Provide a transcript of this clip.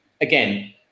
again